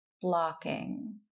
blocking